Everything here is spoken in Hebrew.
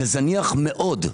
זניח מאוד.